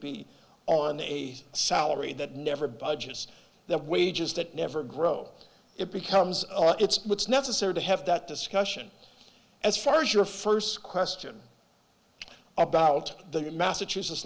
b on a salary that never budgets that wages that never grow it becomes it's necessary to have that discussion as far as your first question about the massachusetts